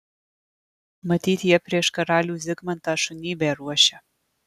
matyt jie prieš karalių zigmantą šunybę ruošia